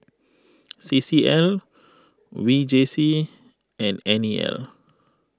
C C L V J C and N E L